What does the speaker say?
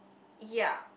ya